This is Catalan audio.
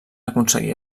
aconseguir